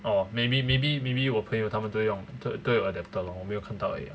orh maybe maybe maybe 我朋友他们都用都有都有 adapter lor 没有看到而已 ah